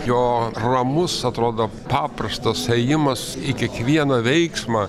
jo ramus atrodo paprastas ėjimas į kiekvieną veiksmą